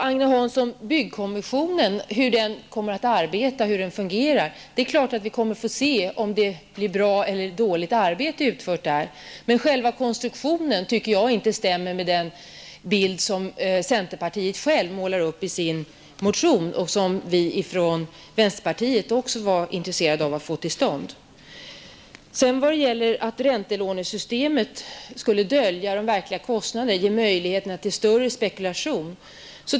Fru talman! Vi kommer att få se om det arbete som byggkommissionen kommer att utföra blir bra eller dåligt, Agne Hansson. Men jag anser att själva konstruktionen inte stämmer med den bild som centerpartiet självt målar upp i sin motion och som vi från vänsterpartiet också var intresserade av att få till stånd. Agne Hansson påstår att räntelånesystemet skulle dölja de verkliga kostnaderna och ge möjlighet till en mer omfattande spekulation.